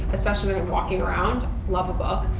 especially when i'm walking around, love a book.